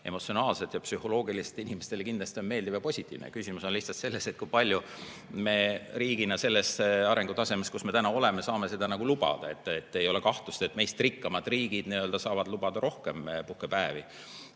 emotsionaalselt ja psühholoogiliselt inimestele kindlasti meeldiv on ja positiivselt [mõjuks]. Küsimus on lihtsalt selles, kui palju me riigina sellel arengutasemel, kus me täna oleme, saame seda lubada. Ei ole kahtlust, et meist rikkamad riigid saavad lubada rohkem puhkepäevi.